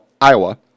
Iowa